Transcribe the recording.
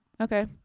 okay